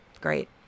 great